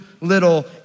little